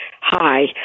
Hi